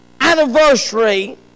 anniversary